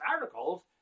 articles